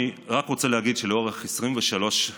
אני רק רוצה להגיד שלאורך 23 השנים